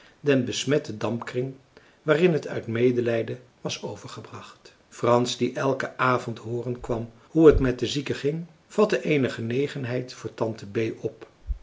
den besmetten dampkring waarin het uit medelijden was overgebracht frans die elken avond hooren kwam hoe t met de zieke ging vatte eene genegenheid voor tante bee op